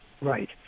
Right